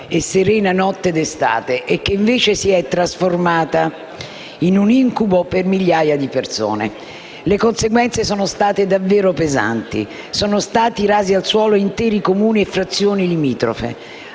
preannunciava come una tipica e serena notte d'estate e che invece si è trasformata in un incubo per migliaia di persone. Le conseguenze sono state davvero pesanti: sono stati rasi al suolo interi Comuni e frazioni limitrofe: